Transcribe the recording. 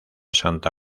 santa